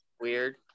weird